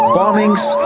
bombings,